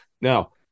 now